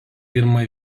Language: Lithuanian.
pirmą